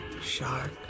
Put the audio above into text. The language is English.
shark